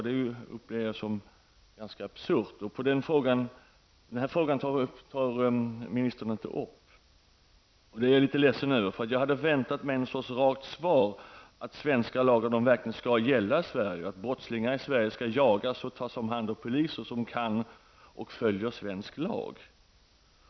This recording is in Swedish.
Detta upplever jag som ganska absurt. Den här frågan tar ministern inte upp i svaret, och det är jag litet ledsen över. Jag förväntade mig ett rakt svar att svenska lagar verkligen skall gälla i Sverige och att brottslingar i Sverige skall jagas och tas om hand av poliser som kan och följer svensk lag.